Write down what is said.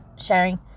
sharing